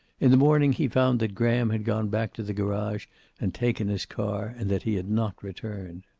in the morning he found that graham had gone back to the garage and taken his car, and that he had not returned.